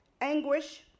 anguish